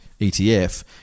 ETF